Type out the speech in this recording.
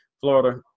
florida